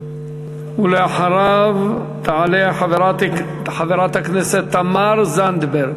ואחריו תעלה חברת הכנסת תמר זנדברג.